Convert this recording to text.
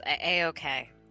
a-okay